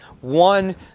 one